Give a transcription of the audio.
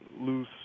loose